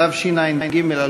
התשע"ג 2013,